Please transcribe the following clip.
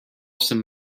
some